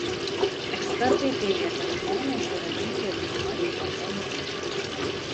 ekspertai teigia kad žmonės yra linkę ignoruoti pavojaus ženklus